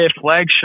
flagship